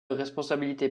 responsabilité